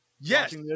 Yes